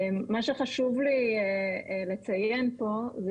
מה שחשוב לי לציין פה,